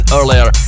earlier